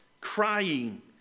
crying